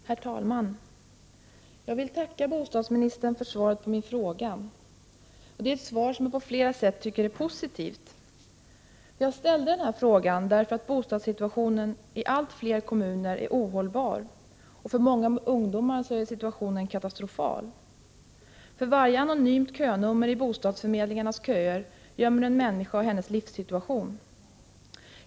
Herr talman! Jag vill tacka bostadsministern för svaret på min fråga. Det är ett svar som jag på flera sätt tycker är positivt. Jag ställde frågan därför att bostadssituationen i allt fler kommuner är ohållbar, och för många ungdomar är situationen katastrofal. Bakom varje anonymt könummer i bostadsförmedlingarnas register gömmer sig en människa och hennes livssituation.